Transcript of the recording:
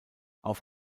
auf